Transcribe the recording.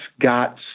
got